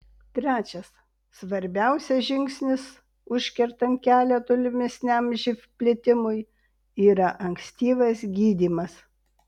trečias svarbiausias žingsnis užkertant kelią tolimesniam živ plitimui yra ankstyvas gydymas